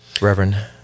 Reverend